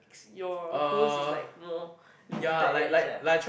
your goals is like more limited already sia